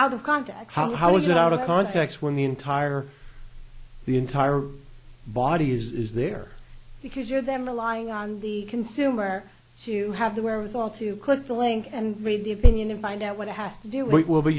out of context how is it out of context when the entire the entire body is there because you're them relying on the consumer to have the wherewithal to cut the link and read the opinion and find out what it has to do what w